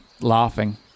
laughing